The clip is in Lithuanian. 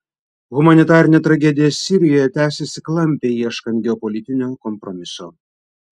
humanitarinė tragedija sirijoje tęsiasi klampiai ieškant geopolitinio kompromiso